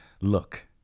Look